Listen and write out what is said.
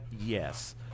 yes